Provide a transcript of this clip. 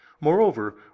Moreover